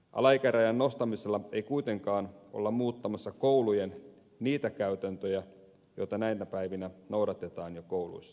alaikärajan nostamisella ei kuitenkaan olla muuttamassa koulujen niitä käytäntöjä joita näinä päivinä noudatetaan jo kouluissa